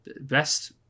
best